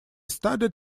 studied